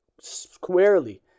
squarely